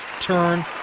Turn